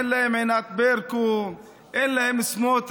אין להם ענת ברקו, אין להם סמוטריץ.